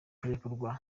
kurekurwa